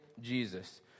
Jesus